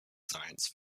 science